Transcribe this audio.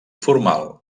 formal